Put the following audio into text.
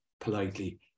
politely